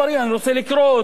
אני רוצה לקרוא אותם.